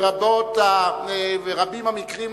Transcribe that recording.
ורבים המקרים,